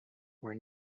were